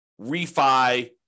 refi